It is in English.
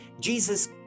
Jesus